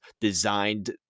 designed